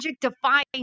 defying